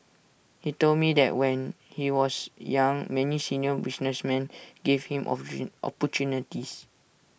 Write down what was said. he told me that when he was young many senior businessmen gave him opportunities